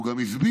הוא גם הסביר.